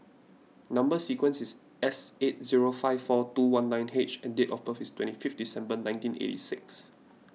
Number Sequence is S eight zero five four two one nine H and date of birth is twenty fifth December nineteen eighty six